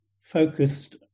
focused